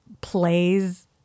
plays